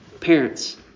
Parents